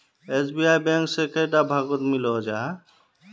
SBI bank से कैडा भागोत मिलोहो जाहा?